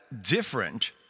different